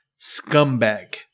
Scumbag